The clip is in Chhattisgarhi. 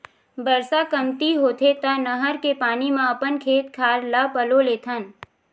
बरसा कमती होथे त नहर के पानी म अपन खेत खार ल पलो लेथन